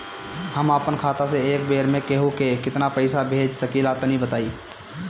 हम आपन खाता से एक बेर मे केंहू के केतना पईसा भेज सकिला तनि बताईं?